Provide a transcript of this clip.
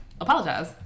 apologize